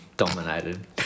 Dominated